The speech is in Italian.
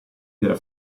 della